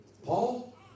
Paul